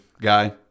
guy